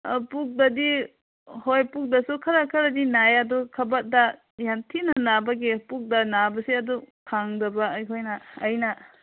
ꯄꯨꯛꯇꯗꯤ ꯍꯣꯏ ꯄꯨꯛꯇꯁꯨ ꯈꯔ ꯈꯔꯗꯤ ꯅꯥꯏꯌꯦ ꯑꯗꯨ ꯊꯕꯥꯛꯇ ꯌꯥꯝꯊꯤꯅ ꯅꯥꯕꯒꯤ ꯄꯨꯛꯇ ꯅꯥꯕꯁꯦ ꯑꯗꯨꯝ ꯈꯪꯗꯕ ꯑꯩꯈꯣꯏꯅ ꯑꯩꯅ